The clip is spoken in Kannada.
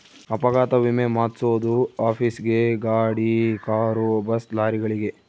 ಅಪಘಾತ ವಿಮೆ ಮಾದ್ಸೊದು ಆಫೀಸ್ ಗೇ ಗಾಡಿ ಕಾರು ಬಸ್ ಲಾರಿಗಳಿಗೆ